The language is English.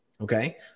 okay